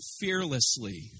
fearlessly